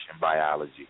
biology